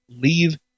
leave